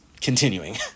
continuing